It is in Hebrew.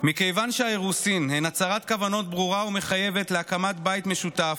מכיוון שהאירוסים הם הצהרת כוונות ברורה ומחייבת להקמת בית משותף,